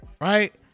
Right